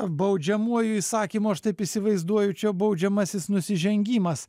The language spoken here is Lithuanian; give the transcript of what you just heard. baudžiamuoju įsakymu aš taip įsivaizduoju čia baudžiamasis nusižengimas